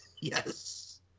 Yes